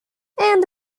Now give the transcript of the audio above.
and